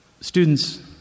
Students